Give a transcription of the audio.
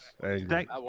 thank